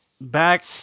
back